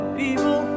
people